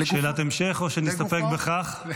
לשאלת המשך, או שנסתפק בכך?